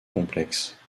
complexe